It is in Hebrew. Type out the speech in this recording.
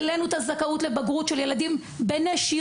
כי העלנו את הזכאות לבגרות של ילדים בנשירה.